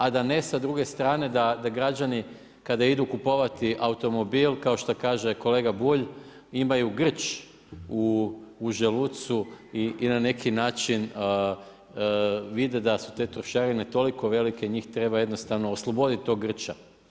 A da ne sa druge strane kada građani kada idu kupovati automobil kao što kaže kolega Bulj, imaju grč u želucu i na neki način vide da su te trošarine toliko velike, njih treba jednostavno osloboditi tog grča.